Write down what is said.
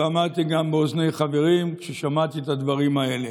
ואמרתי גם באוזני חברים כששמעתי את הדברים האלה: